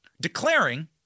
declaring